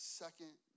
second